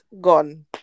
gone